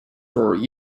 throughout